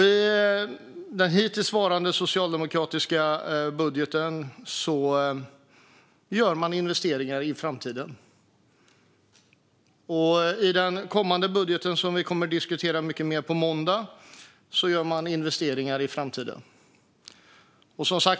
I den hittillsvarande socialdemokratiska budgeten gör man investeringar i framtiden. I den kommande budgeten, som vi ska diskutera på måndag, gör man investeringar i framtiden.